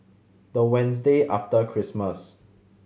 the Wednesday after Christmas